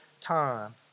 time